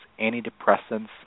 antidepressants